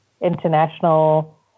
international